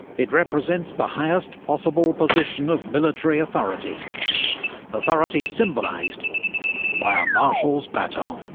it represents the highest possible position of military authority authority symbolised by a marshal's baton.